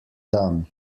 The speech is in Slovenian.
dan